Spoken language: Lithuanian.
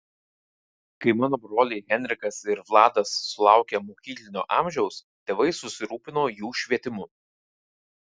kai mano broliai henrikas ir vladas sulaukė mokyklinio amžiaus tėvai susirūpino jų švietimu